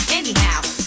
anyhow